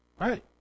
Right